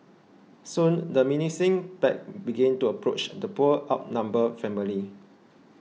soon the menacing pack began to approach the poor outnumbered family